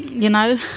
you know.